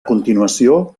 continuació